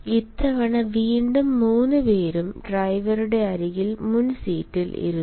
ഇത്തവണ വീണ്ടും 3 പേരും ഡ്രൈവറുടെ അരികിലെ മുൻ സീറ്റിൽ ഇരുന്നു